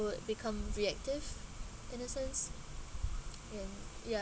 would become reactive in a sense ya